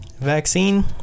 vaccine